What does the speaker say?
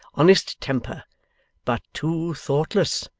honest temper but too thoughtless,